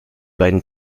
beiden